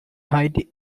hide